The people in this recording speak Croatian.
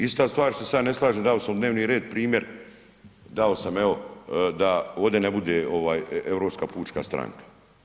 Ista stvar što se ja ne slažem, dao sam u dnevni red primjer dao sam evo da ovdje ne bude Europska pučka stranka.